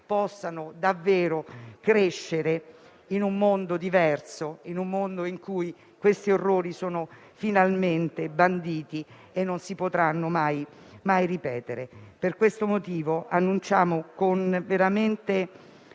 possano davvero crescere in un mondo diverso, in un mondo in cui orrori del genere saranno finalmente banditi e non si potranno mai ripetere. Per questo motivo annunciamo non solo